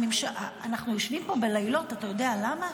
אנחנו יושבים פה בלילות, אתה יודע למה?